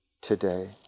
today